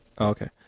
okay